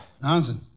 Nonsense